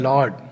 Lord